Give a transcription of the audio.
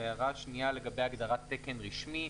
הערה שנייה לגבי הגדרת תקן רשמי.